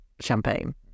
champagne